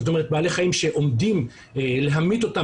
זאת אומרת בעלי חיים שעומדים להמית אותם